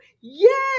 Yes